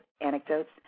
anecdotes